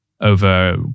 over